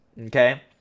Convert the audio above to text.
okay